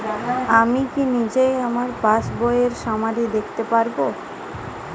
আমি কি নিজেই আমার পাসবইয়ের সামারি দেখতে পারব?